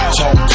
talk